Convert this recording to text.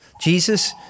Jesus